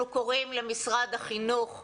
אנחנו קוראים למשרד החינוך,